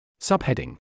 Subheading